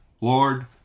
Lord